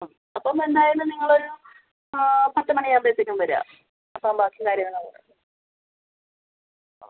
അ അപ്പം എന്തായാലും നിങ്ങൾ ഒരു പത്ത് മണി ആവുമ്പഴത്തേക്കും വരിക അപ്പം ബാക്കി കാര്യങ്ങൾ നമ്മൾ ഒ